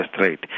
rate